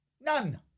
None